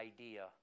idea